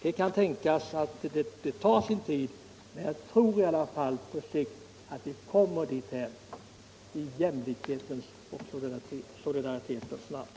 Det kan tänkas att det tar sin tid, men jag tror i alla fall att vi på sikt kommer dit i jämlikhetens och solidaritetens namn.